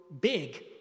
big